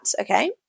Okay